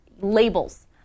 labels